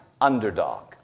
underdog